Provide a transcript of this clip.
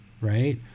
right